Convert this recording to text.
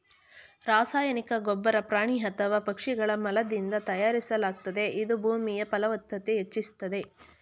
ರಾಸಾಯನಿಕ ಗೊಬ್ಬರ ಪ್ರಾಣಿ ಅಥವಾ ಪಕ್ಷಿಗಳ ಮಲದಿಂದ ತಯಾರಿಸಲಾಗ್ತದೆ ಇದು ಭೂಮಿಯ ಫಲವ್ತತತೆ ಹೆಚ್ಚಿಸ್ತದೆ